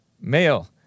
male